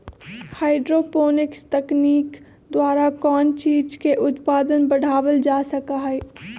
hydroponics तकनीक द्वारा कौन चीज के उत्पादन बढ़ावल जा सका हई